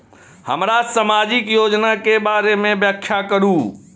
हमरा सामाजिक योजना के बारे में व्याख्या करु?